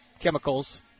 Chemicals